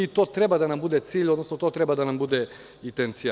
To treba da nam bude cilj, odnosno to treba da nam bude intencija.